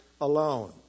alone